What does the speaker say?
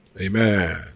Amen